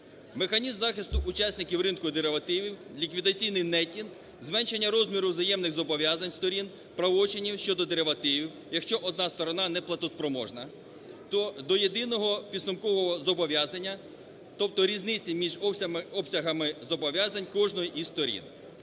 Механізм захисту учасників ринку деривативів, ліквідаційний неттінг, зменшення розміру взаємних зобов'язань сторін правочинів щодо деривативів, якщо одна сторона не платоспроможна, то до єдиного підсумкового зобов'язання, тобто різниці між обсягами зобов'язань кожної із сторін.